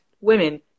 women